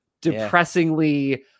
depressingly